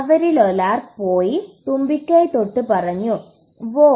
അവരിലൊരാൾ പോയി തുമ്പിക്കൈ തൊട്ട് പറഞ്ഞു വോ